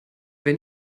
wer